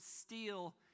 steal